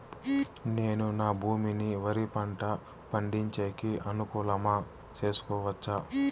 నేను నా భూమిని వరి పంట పండించేకి అనుకూలమా చేసుకోవచ్చా?